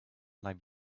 might